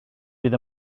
bydd